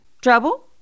Trouble